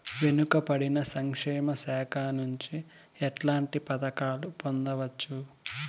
వెనుక పడిన సంక్షేమ శాఖ నుంచి ఎట్లాంటి పథకాలు పొందవచ్చు?